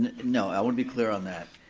no, i wanna be clear on that.